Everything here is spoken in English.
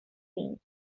since